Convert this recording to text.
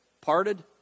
parted